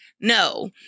No